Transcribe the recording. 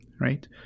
right